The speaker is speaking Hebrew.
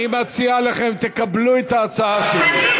אני מציע לכם, תקבלו את ההצעה שלי.